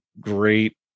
great